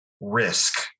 risk